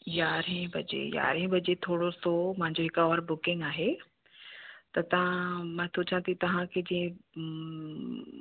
यारहें बजे यारहें बजे थोरो सो मुंहिंजी हिक और बुकिंग आहे त तव्हां मां सोचां थी तव्हांखे जीअं